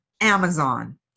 Amazon